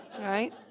Right